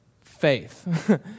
faith